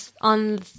on